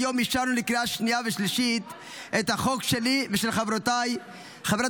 היום אישרנו לקריאה שניה ושלישית את החוק שלי ושל חברותיי חברות